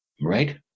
Right